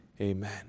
Amen